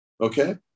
okay